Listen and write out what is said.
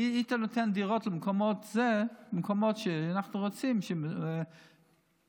היית נותן דירות במקומות שאנחנו רוצים, נורמליים,